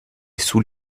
sous